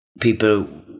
people